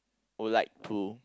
would like to